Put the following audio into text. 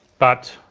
but,